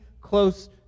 close